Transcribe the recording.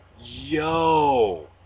yo